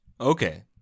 Okay